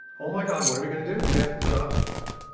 oh, my god, what are we going to do? half the jobs are going away.